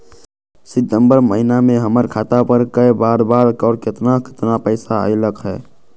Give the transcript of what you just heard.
सितम्बर महीना में हमर खाता पर कय बार बार और केतना केतना पैसा अयलक ह?